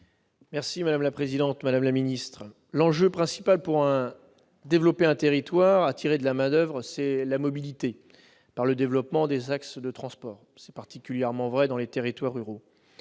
Madame la secrétaire d'État, l'enjeu principal pour développer un territoire et attirer de la main-d'oeuvre, c'est la mobilité grâce au développement des axes de transport. C'est particulièrement vrai dans les territoires ruraux.